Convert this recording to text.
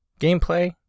gameplay